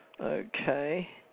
Okay